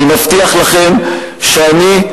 אני מבטיח לכם שאני,